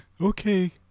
okay